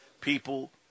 people